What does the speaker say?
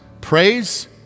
praise